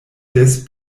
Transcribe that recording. des